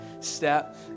step